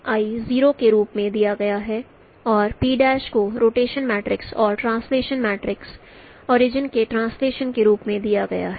0 के रूप में दिया गया है और P को रोटेशन मैट्रिक्स और ट्रांसलेटशन मैट्रिक्स ओरिजिन के ट्रांसलेटशन के रूप में दिया गया है